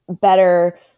better